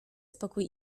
spokój